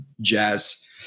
jazz